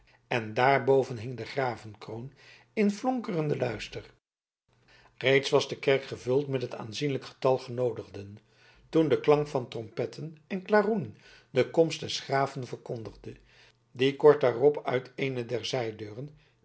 en daarboven hing de gravenkroon in flonkerenden luister reeds was de kerk gevuld met het aanzienlijk getal genoodigden toen de klank van trompetten en klaroenen de komst des graven verkondigde die kort daarop uit eene der